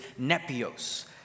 nepios